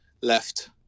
left